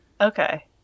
okay